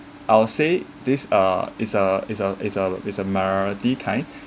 I'll say this uh is a is a is a is a minority kind